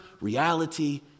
reality